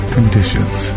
Conditions